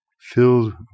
filled